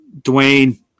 Dwayne